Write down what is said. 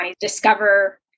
discover